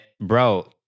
bro